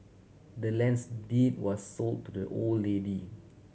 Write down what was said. the land's deed was sold to the old lady